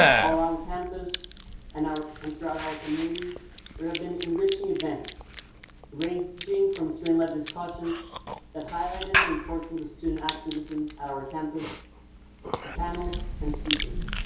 all around campus and throughout our and throughout our community there have been enriching events ranging from student led discussions that highlighted the importance of student activism at our campus to panels and speakers.